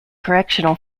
correctional